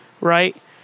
right